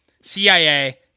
CIA